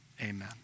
Amen